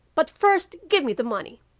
but first give me the money